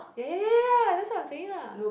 ya ya ya that's what I'm saying lah